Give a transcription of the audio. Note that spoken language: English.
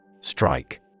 Strike